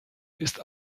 ist